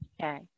okay